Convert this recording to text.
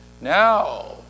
now